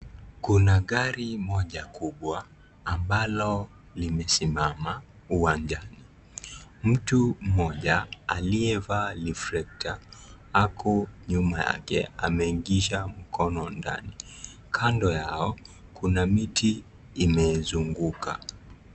Kuna gari moja kubwa ambalo limesimama uwanjani. Mtu mmoja aliyevaa reflector ako nyuma yake ameingisha mkono ndani. Kando yao kuna miti imezunguka.